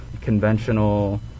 conventional